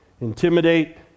intimidate